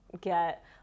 get